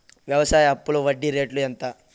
వ్యవసాయ అప్పులో వడ్డీ రేట్లు ఎంత?